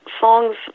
songs